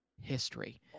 history